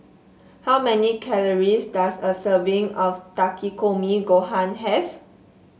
how many calories does a serving of Takikomi Gohan have